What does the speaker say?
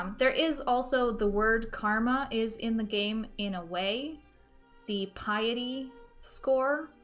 um there is also the word karma is in the game in a way the piety score